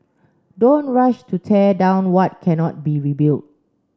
don't rush to tear down what cannot be rebuilt